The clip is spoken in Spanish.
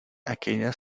aquella